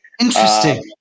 Interesting